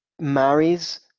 marries